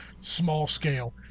small-scale